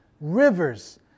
rivers